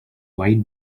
white